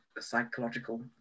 psychological